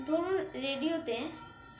ধরুন রেডিওতে